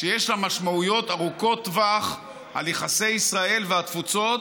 שיש לה משמעויות ארוכות טווח על יחסי ישראל והתפוצות,